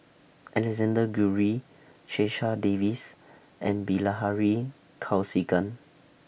Alexander Guthrie Checha Davies and Bilahari Kausikan